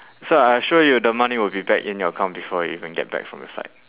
sir I assure you the money will be back in your account before you even get back from the flight